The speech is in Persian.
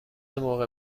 موقع